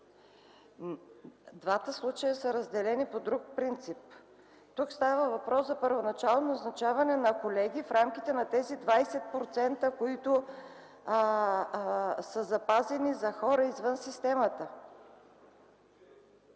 Двата случая са разделени по друг принцип. Тук става въпрос за първоначално изучаване на колеги в рамките на тези 20%, които са запазени за хора извън системата.